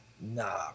nah